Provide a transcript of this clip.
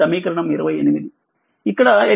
ఇది సమీకరణం 28